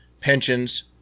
pensions